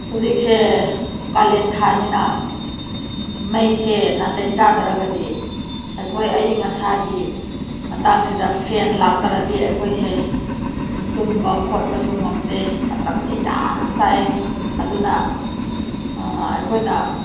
ꯍꯧꯖꯤꯛꯁꯦ ꯀꯥꯂꯦꯟꯊꯥꯅꯤꯅ ꯃꯩꯁꯦ ꯅꯥꯇꯩ ꯆꯥꯗ꯭ꯔꯒꯗꯤ ꯑꯩꯈꯣꯏ ꯑꯏꯪ ꯑꯁꯥꯒꯤ ꯃꯇꯥꯡꯁꯤꯗ ꯐꯦꯟ ꯂꯥꯛꯇ꯭ꯔꯗꯤ ꯑꯩꯈꯣꯏꯁꯦ ꯇꯨꯝꯕ ꯈꯣꯠꯄꯁꯤ ꯉꯝꯗꯦ ꯃꯇꯝꯁꯦ ꯌꯥꯝ ꯁꯥꯏꯌꯦ ꯑꯗꯨꯅ ꯑꯩꯈꯣꯏꯅ